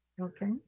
Okay